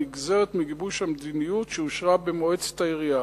הנגזרת מגיבוש המדיניות שאושרה במועצת העירייה.